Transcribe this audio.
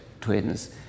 twins